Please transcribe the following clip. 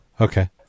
Okay